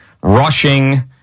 rushing